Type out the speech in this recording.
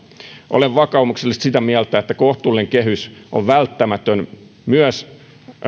olen vakaumuksellisesti sitä mieltä että kohtuullinen kehys on välttämätön myös